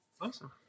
awesome